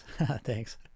Thanks